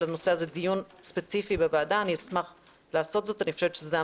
אני חושב שאתם צריכים להודות לסיעת יהדות התורה,